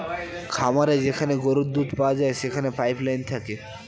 খামারে যেখানে গরুর দুধ পাওয়া যায় সেখানে পাইপ লাইন থাকে